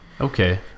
Okay